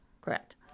correct